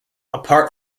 apart